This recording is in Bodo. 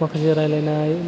माखासे रायलायनाय